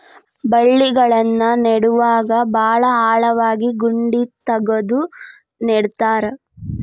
ಬಳ್ಳಿಗಳನ್ನ ನೇಡುವಾಗ ಭಾಳ ಆಳವಾಗಿ ಗುಂಡಿ ತಗದು ನೆಡತಾರ